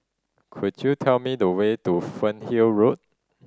could you tell me the way to Fernhill Road